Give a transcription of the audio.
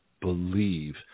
believe